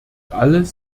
alles